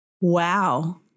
Wow